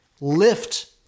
lift